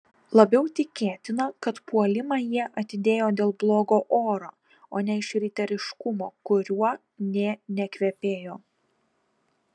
labiau tikėtina kad puolimą jie atidėjo dėl blogo oro o ne iš riteriškumo kuriuo nė nekvepėjo